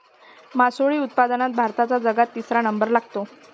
मासोळी उत्पादनात भारताचा जगात तिसरा नंबर लागते